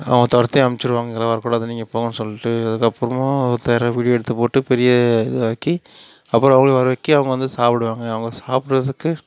அவங்க துரத்தி அமுச்சுருவாங்க இங்கலாம் வரக்கூடாது நீங்கள் போங்கன்னு சொல்லிட்டு அதுக்கப்புறமா யாரோ வீடியோ எடுத்து போட்டு அதை பெரிய இதுவாக்கி அப்புறம் அவங்களே வரவச்சு அவங்க சாப்பிடுவாங்க அவங்க சாப்பிட்றதுக்கு